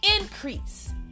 increase